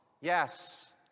yes